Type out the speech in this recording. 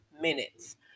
Minutes